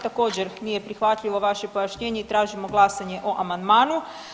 Također nije prihvatljivo vaše pojašnjenje i tražimo glasanje o amandmanu.